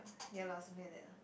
ya lah something like that lah